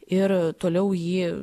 ir toliau jį